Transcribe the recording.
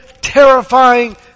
terrifying